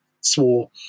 swore